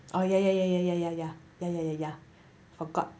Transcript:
oh ya ya ya ya ya ya ya ya ya ya ya forgot